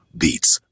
beats